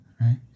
right